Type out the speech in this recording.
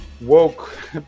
woke